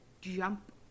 jump